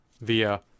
Via